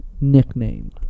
nickname